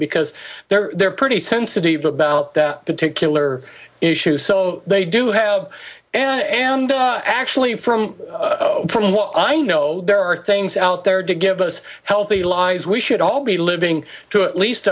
because they're pretty sensitive about that particular issue so they do have and i actually from from what i know there are things out there to give us healthy lives we should all be living to at least